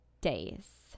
days